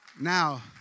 Now